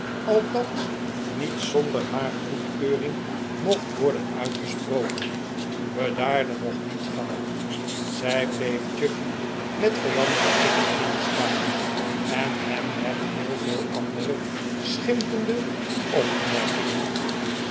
althans niet zonder haar goedkeuring mocht worden uitgesproken bedaarde nog niet gauw zij bleef chuffey met vijandige blikken aanstaren en hem met heel veel andere schimpende opmerkingen